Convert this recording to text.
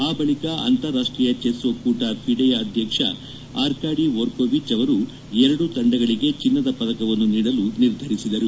ಆ ಬಳಿಕ ಅಂತಾರಾಷ್ಷೀಯ ಚೆಸ್ ಒಕ್ಕೂಟ ಫಿಡೆಯ ಅಧ್ಯಕ್ಷ ಆರ್್ಾಡಿ ವೋರ್ನೋವಿಚ್ ಅವರು ಎರಡೂ ತಂಡಗಳಿಗೆ ಚಿನ್ನದ ಪದಕವನ್ನು ನೀಡಲು ನಿರ್ಧರಿಸಿದರು